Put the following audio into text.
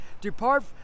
Depart